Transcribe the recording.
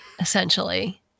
essentially